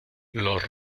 los